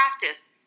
practice